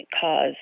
cause